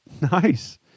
Nice